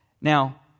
Now